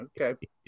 Okay